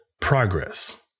progress